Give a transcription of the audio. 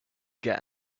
get